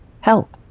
help